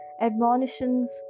Admonitions